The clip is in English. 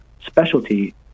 specialty